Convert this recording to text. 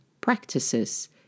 practices